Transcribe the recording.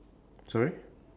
sorry